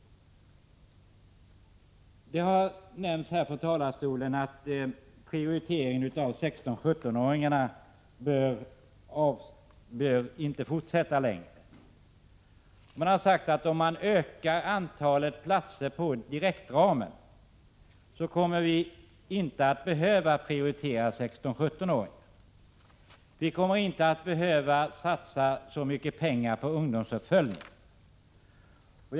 Det har sagts här från talarstolen att prioriteringen av 16-17-åringarna inte bör fortsätta längre. Man har sagt att vi, om antalet platser på direktramen ökar, inte kommer att behöva prioritera 16-17-åringarna. Vi kommer inte att behöva satsa så mycket pengar på ungdomsuppföljningen.